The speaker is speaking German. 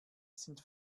sind